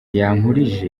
yankurije